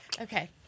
Okay